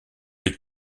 est